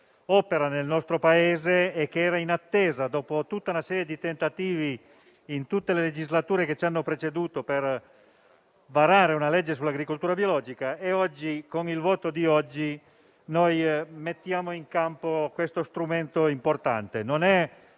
opera nel nostro Paese ed era in attesa, dopo tutta una serie di tentativi in tutte le legislature che ci hanno preceduto, che fosse varata una legge sull'agricoltura biologica. Con il voto odierno mettiamo in campo questo strumento importante.